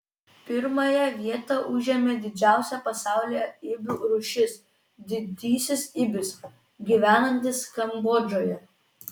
pirmąją vietą užėmė didžiausia pasaulyje ibių rūšis didysis ibis gyvenantis kambodžoje